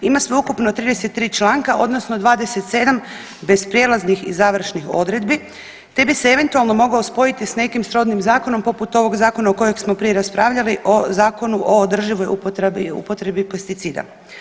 Ima sveukupno 33 članka odnosno 27 bez prijelaznih i završnih odredbi te bi se eventualno mogao spojiti s nekim srodnim zakonom poput ovog zakona o kojem smo prije raspravljali o Zakonu o održivoj upotrebi pesticida.